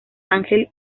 ángel